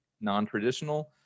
non-traditional